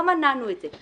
לא מנענו את זה.